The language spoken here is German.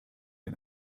den